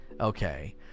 okay